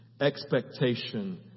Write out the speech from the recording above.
expectation